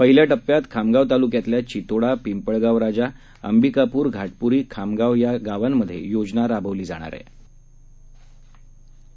पहिल्याटप्प्याकखामगावतालुक्यातल्याचितोडा पिंपळगावराजा Ambikapur घाटपुरीखामगाव यागावांमध्येयोजनाराबवलीजाणारआहे